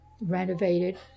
renovated